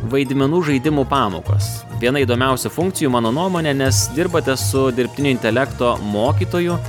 vaidmenų žaidimų pamokos viena įdomiausių funkcijų mano nuomone nes dirbate su dirbtinio intelekto mokytoju